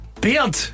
Beard